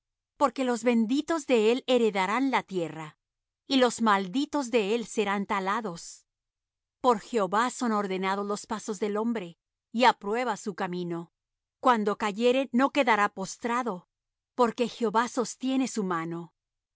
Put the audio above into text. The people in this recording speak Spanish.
porque los benditos de él heredarán la tierra y los malditos de él serán talados por jehová son ordenados los pasos del hombre y aprueba su camino cuando cayere no quedará postrado porque jehová sostiene su mano mozo